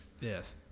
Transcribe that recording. Yes